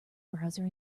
browser